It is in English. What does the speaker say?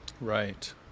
Right